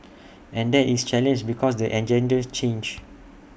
and that is challenge because the agendas change